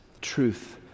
truth